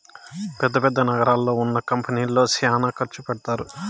పెద్ద పెద్ద నగరాల్లో ఉన్న కంపెనీల్లో శ్యానా ఖర్చు పెడతారు